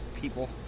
people